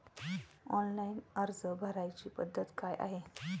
Online अर्ज भरण्याची पद्धत काय आहे?